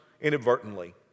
inadvertently